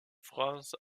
france